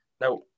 Now